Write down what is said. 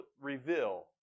reveal